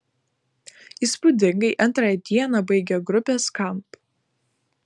įspūdingai antrąją dieną baigė grupė skamp